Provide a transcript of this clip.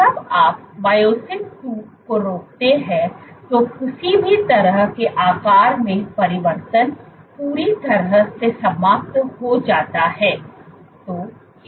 इसलिए जब आप मायोसिन II को रोकते हैं तो किसी भी तरह के आकार में परिवर्तन पूरी तरह से समाप्त हो जाता है